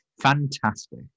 Fantastic